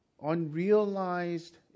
unrealized